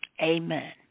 Amen